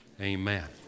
Amen